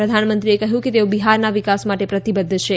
પ્રધાનમંત્રીએ કહ્યું કે તેઓ બિહારના વિકાસ માટે પ્રતિબદ્ધ છે